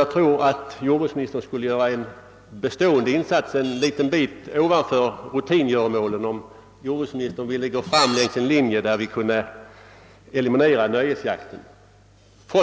Jag tror att jordbruksministern skulle göra en bestående insats, en bit ovanför rutingöromålen, om han ville följa en linje som innebär att nöjesjakten kan elimineras i